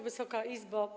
Wysoka Izbo!